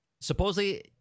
Supposedly